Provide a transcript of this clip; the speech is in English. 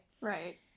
right